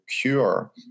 cure